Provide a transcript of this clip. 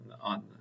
on